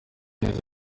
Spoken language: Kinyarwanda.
neza